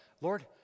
Lord